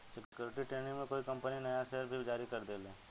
security training में कोई company नया शेयर भी जारी कर देले